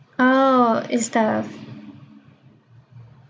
oh is the